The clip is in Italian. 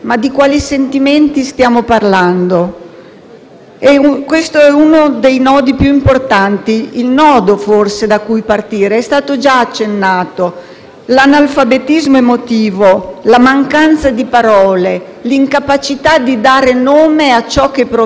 Questo è uno dei nodi più importanti, forse quello da cui partire, come è stato già accennato. Mi riferisco all'analfabetismo emotivo, alla mancanza di parole, all'incapacità di dare nome a ciò che proviamo e quindi di attuare dei comportamenti